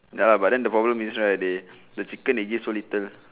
ya lah but then the problem is right they the chicken they give so little